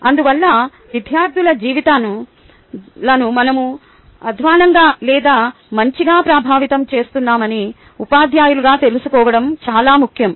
అందువల్ల విద్యార్థుల జీవితాలను మనం అధ్వాన్నంగా లేదా మంచిగా ప్రభావితం చేస్తున్నామని ఉపాధ్యాయులుగా తెలుసుకోవడం చాలా ముఖ్యం